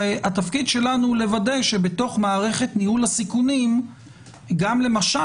והתפקיד שלנו לוודא שבמערכת ניהול הסיכונים גם למשל